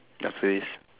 after this